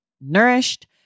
nourished